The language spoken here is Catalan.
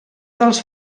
dels